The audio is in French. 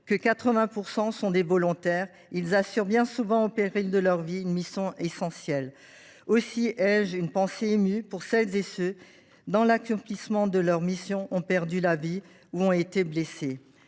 dont 80 % sont des volontaires. Ils assurent, bien souvent au péril de leur vie, une mission essentielle. Aussi ai je une pensée émue pour celles et pour ceux qui, dans l’accomplissement de leur mission, ont perdu la vie ou ont été blessés.